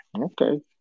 Okay